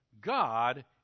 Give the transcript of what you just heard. God